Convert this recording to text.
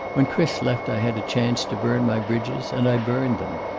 when chris left i had a chance to burn my bridges and i burned them.